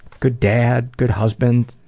good dad, good husband,